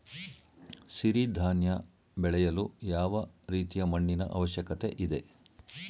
ಸಿರಿ ಧಾನ್ಯ ಬೆಳೆಯಲು ಯಾವ ರೀತಿಯ ಮಣ್ಣಿನ ಅವಶ್ಯಕತೆ ಇದೆ?